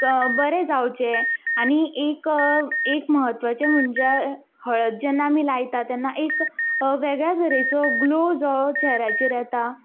बरें जावचें आनी एक एक म्हत्वाचें म्हणजे हळद जेन्ना आमी लायतात तेन्ना एक वेगळ्या तरेचो ग्लो जो चेहऱ्याचेर येता